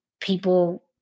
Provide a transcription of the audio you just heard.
people